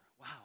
Wow